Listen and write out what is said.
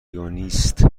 دوست